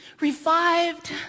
revived